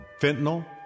Fentanyl